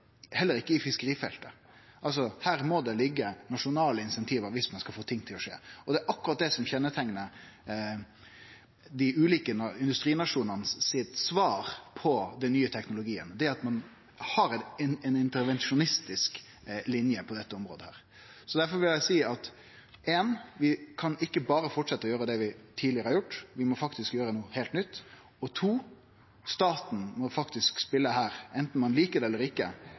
heller ikkje på fiskerifeltet. Her må det ligge nasjonale insentiv om ein skal få ting til å skje. Det er akkurat det som kjenneteiknar dei ulike industrinasjonanes svar på den nye teknologien, det at ein har ein intervensjonistisk linje på dette området. Derfor vil eg seie at for det første kan vi ikkje berre halde fram med det vi tidlegare har gjort, vi må faktisk gjere noko heilt nytt. For det andre må staten faktisk her, anten ein liker det eller ikkje,